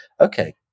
okay